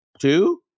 Two